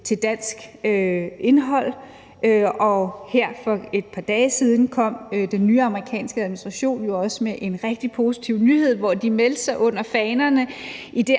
til dansk indhold. Og her for et par dage siden kom den nye amerikanske administration jo også med en rigtig positiv nyhed, hvor de meldte sig under fanerne i det